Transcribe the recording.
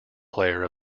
player